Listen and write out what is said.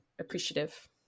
appreciative